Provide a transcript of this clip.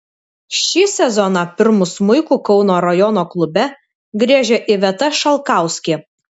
šį sezoną pirmu smuiku kauno rajono klube griežia iveta šalkauskė